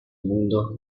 mundo